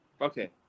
Okay